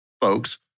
folks